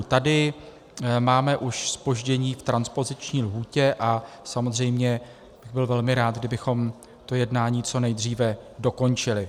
Tady máme už zpoždění v transpoziční lhůtě a samozřejmě budu velmi rád, kdybychom to jednání co nejdříve dokončili.